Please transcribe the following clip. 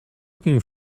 looking